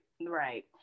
right